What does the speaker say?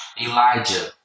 Elijah